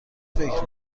فکر